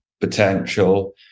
potential